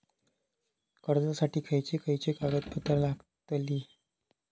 कर्जासाठी खयचे खयचे कागदपत्रा लागतली?